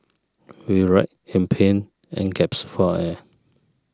he writhed in pain and gaps for air